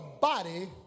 body